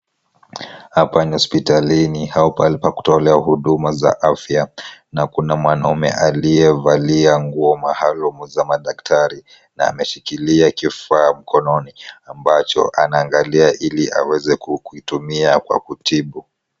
Hapa ni hospitalini au pahali pa kutolea huduma za afya na kuna mwanaume aliyevalia nguo maalum za madaktari na ameshikilia kifaa mkononi, ambacho anaangalia ili aweze kuitumia kwa kutibu.